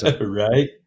Right